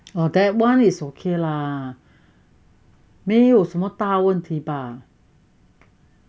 oh that [one] is okay lah 没有什么大问题吧